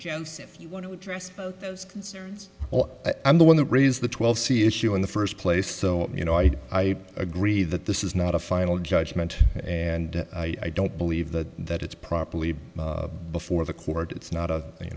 well i'm the one that raise the twelve c issue in the first place so you know i agree that this is not a final judgment and i don't believe that that it's properly before the court it's not a you